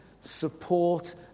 support